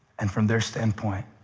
and from their standpoint,